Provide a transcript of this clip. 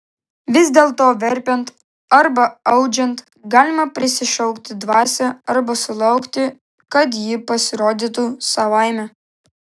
vis dėlto verpiant arba audžiant galima prisišaukti dvasią arba sulaukti kad ji pasirodytų savaime